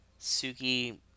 Suki